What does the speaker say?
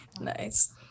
Nice